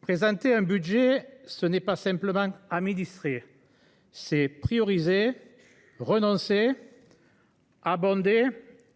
Présenter un budget, ce n’est pas simplement administrer : c’est prioriser, renoncer, abonder ;